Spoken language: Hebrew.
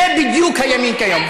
זה בדיוק הימין היום.